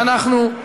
ואנחנו,